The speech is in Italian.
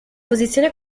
posizione